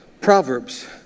Proverbs